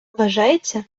вважається